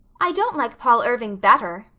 i don't like paul irving better,